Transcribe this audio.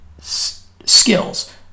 skills